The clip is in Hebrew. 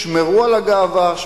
שמרו על הגאווה,